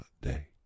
day